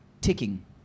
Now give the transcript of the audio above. ticking